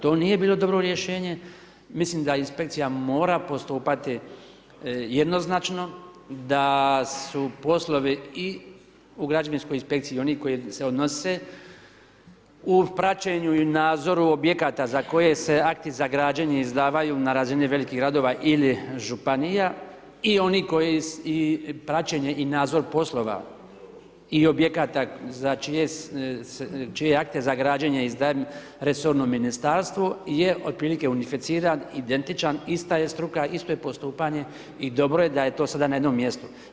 To nije bilo dobro rješenje, mislim da inspekcija mora postupati jednoznačno, da su poslovi i u građevinskoj inspekciji i oni koji se odnose u praćenju i nadzoru objekata za koje se akti za građenje izdavaju na razini velikih gradova ili županija i praćenje i nadzor poslova i objekata čije akte za građenje izdaje resorno Ministarstvo je otprilike unificiran, identičan, ista je struka, isto je postupanje i dobro je da je to sada na jednom mjestu.